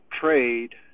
trade